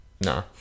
Nah